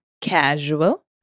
casual